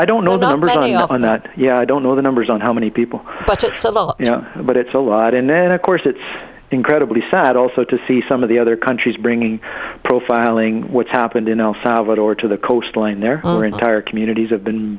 i don't know the numbers on that yeah i don't know the numbers on how many people but you know but it's a lot and then of course it's incredibly sad also to see some of the other countries bringing profiling what's happened in el salvador to the coastline there are entire communities have been